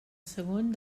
segon